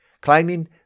claiming